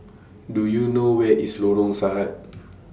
Do YOU know Where IS Lorong Sahad